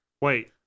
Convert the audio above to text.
Wait